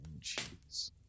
cheese